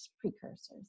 precursors